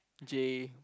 Jay